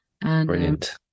Brilliant